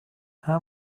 how